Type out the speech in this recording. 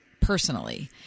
personally